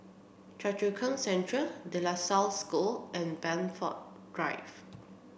Choa Chu Kang Central De La Salle School and Blandford Drive